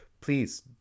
Please